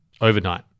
overnight